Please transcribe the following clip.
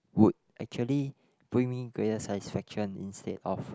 would actually bring me greater satisfaction instead of